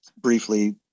briefly